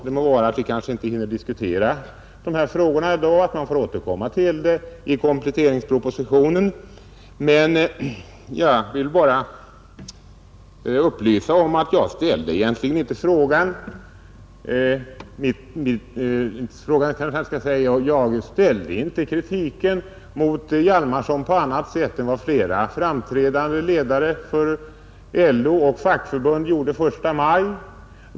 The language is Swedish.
Det må vara att vi kanske inte hinner diskutera dessa frågor i dag utan får återkomma till dem i samband med kompletteringspropositionen, men jag vill upplysa om att jag inte riktade kritik mot herr Hjalmarson på annat sätt än vad flera framträdande ledare för LO och fackförbund gjorde den 1 maj.